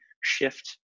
shift